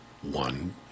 one